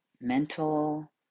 mental